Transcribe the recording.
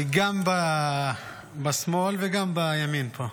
אני גם בשמאל וגם בימין פה.